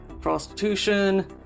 prostitution